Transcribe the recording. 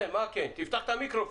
אנחנו עושים מוניות משותפות.